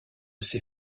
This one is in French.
ces